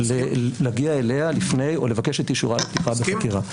להגיע אליה לפני או לבקש את אישורה לפתיחה בחקירה.